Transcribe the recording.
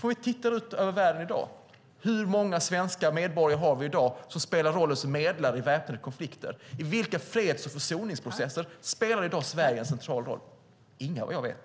Om vi tittar ut över världen i dag, hur många svenska medborgare har vi som spelar rollen som medlare i väpnade konflikter? I vilka freds och försoningsprocesser spelar Sverige i dag en central roll? Inga, vad jag vet.